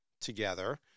together